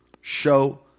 show